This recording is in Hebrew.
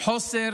חוסר